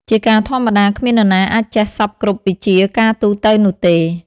ជាការធម្មតា គ្មាននរណាអាចចេះសព្វគ្រប់វិជ្ជាការទូទៅនោះទេ ។